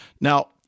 now